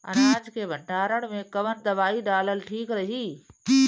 अनाज के भंडारन मैं कवन दवाई डालल ठीक रही?